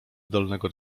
zdolnego